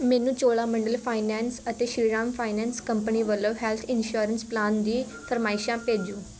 ਮੈਨੂੰ Cholamandalam finance ਅਤੇ Shriram finance company ਵੱਲੋ ਹੈੱਲਥ ਇੰਸ਼ੋਰੈਂਸ ਪਲਾਨ ਦੀ ਫਰਮਾਇਸ਼ਾਂ ਭੇਜੋ